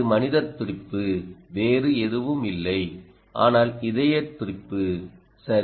மனித துடிப்பு வேறு எதுவும் இல்லை ஆனால் இதய துடிப்பு சரி